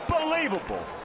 unbelievable